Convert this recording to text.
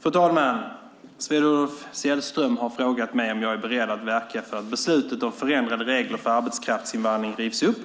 Fru talman! Sven-Olof Sällström har frågat mig om jag är beredd att verka för att beslutet om förändrade regler för arbetskraftsinvandring rivs upp